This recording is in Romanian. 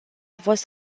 fost